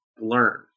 learn